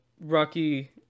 Rocky